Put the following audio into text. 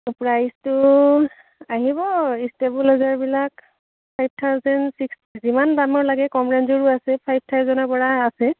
প্ৰাইচটো আহিব ষ্টেবিলাইজাৰবিলাক ফাইভ থাউজেন ছিক্স যিমান দামৰ লাগে কম ৰেঞ্জৰো আছে ফাইভ থাউজেনৰ পৰা আছে